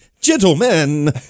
Gentlemen